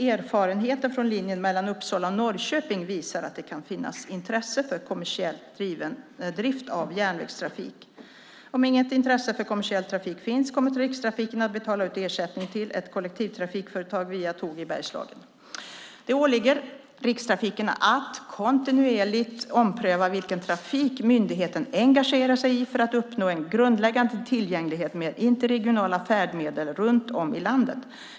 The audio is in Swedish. Erfarenheten från linjen mellan Uppsala och Norrköping visar att det kan finnas intresse för kommersiell drift av järnvägstrafik. Om inget intresse för kommersiell trafik finns kommer Rikstrafiken att betala ut ersättning till ett kollektivtrafikföretag via Tåg i Bergslagen. Det åligger Rikstrafiken att kontinuerligt ompröva vilken trafik myndigheten engagerar sig i för att uppnå en grundläggande tillgänglighet med interregionala färdmedel runt om i landet.